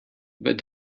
but